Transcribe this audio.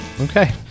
Okay